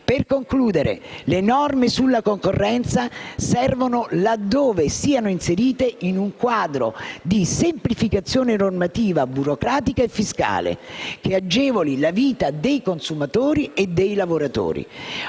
Per concludere, le norme sulla concorrenza servono laddove siano inserite in un quadro di semplificazione normativa, burocratica e fiscale, che agevoli la vita dei consumatori e dei lavoratori.